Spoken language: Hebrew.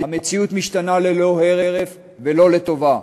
המציאות משתנה ללא הרף, ולא לטובה.